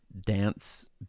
dance